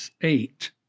Eight